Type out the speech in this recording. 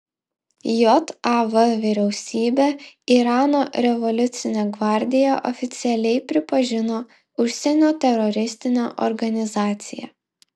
jav vyriausybė irano revoliucinę gvardiją oficialiai pripažino užsienio teroristine organizacija